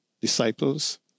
disciples